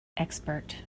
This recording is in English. expert